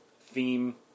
theme